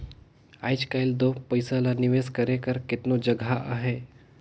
आएज काएल दो पइसा ल निवेस करे कर केतनो जगहा अहे